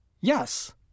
Yes